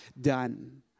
done